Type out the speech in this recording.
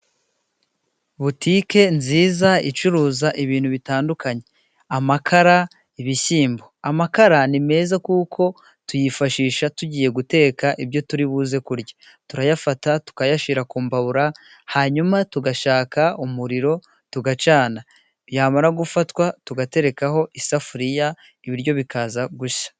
butike nziza icuruza ibintu bitandukanye:amakara, ibishyimbo ,amakara ni meza kuko tuyifashisha tugiye guteka ibyo turi buze kurya, turayafata tukayashyira ku mbabura hanyuma tugashaka umuriro tugacana, yamara gufatwa tugaterekaho isafuriya ibiryo bikaza gushya.